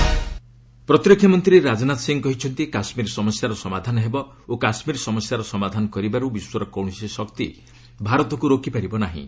ରାଜନାଥ ସିଂହ ୟୁଜେଏଚ୍ ବ୍ରିକ୍ ପ୍ରତିରକ୍ଷା ମନ୍ତ୍ରୀ ରାଜନାଥ ସିଂହ କହିଛନ୍ତି କାଶ୍ମୀର ସମସ୍ୟାର ସମାଧାନ ହେବ ଓ କାଶ୍ମୀର ସମସ୍ୟାର ସମାଧାନ କରିବାରୁ ବିଶ୍ୱର କୌଣସି ଶକ୍ତି ଭାରତକୁ ରୋକି ପାରିବ ନାହିଁ